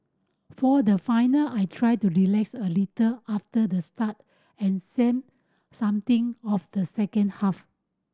for the final I tried to relax a little after the start and same something of the second half